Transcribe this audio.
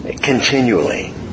continually